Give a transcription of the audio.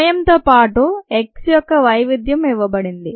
సమయంతో పాటు X యొక్క వైవిధ్యం ఇవ్వబడింది